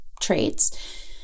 traits